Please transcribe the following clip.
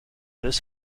this